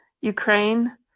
Ukraine